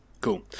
Cool